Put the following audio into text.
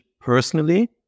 personally